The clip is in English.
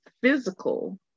physical